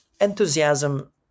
enthusiasm